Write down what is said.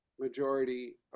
majority